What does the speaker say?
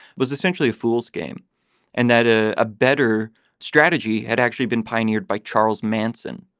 was essentially a fool's game and that a a better strategy had actually been pioneered by charles manson